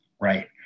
right